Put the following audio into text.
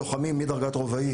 לוחמים מדרגת רובאי,